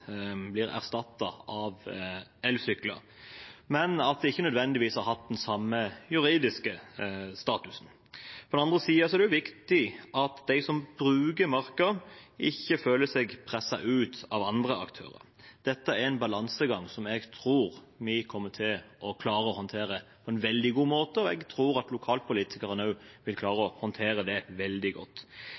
blir erstattet av elsykler, men at de ikke nødvendigvis har hatt den samme juridiske statusen. På den andre siden er det også viktig at de som bruker marka, ikke føler seg presset ut av andre aktører. Dette er en balansegang som jeg tror vi kommer til å klare å håndtere på en veldig god måte. Jeg tror at lokalpolitikerne også vil klare å håndtere det veldig godt.